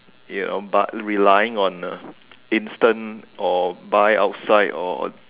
you know but relying on a instant or buy outside or